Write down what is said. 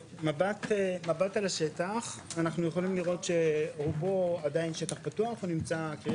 פנימי שבין מכבים ומודיעין.